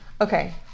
Okay